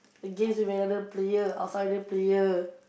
against with another player outsider player